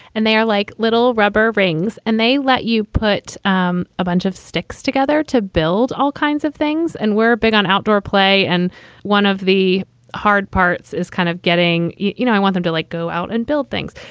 and they are like little rubber rings. and they let you put um a bunch of sticks together to build all kinds of things. and we're big on outdoor play. and one of the hard parts is kind of getting, you know, i want them to, like, go out and build things.